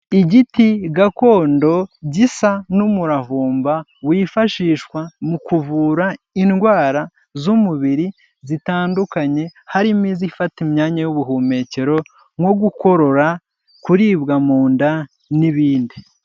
Igiti gakondo gisa n'umuravumba wifashishwa mu kuvura indwara z'umubiri zitandukanye harimo izifata imyanya y'ubuhumekero nko gukorora kuribwa mu nda n'ibindi.